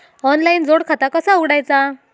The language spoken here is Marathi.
ऑनलाइन जोड खाता कसा उघडायचा?